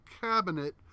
cabinet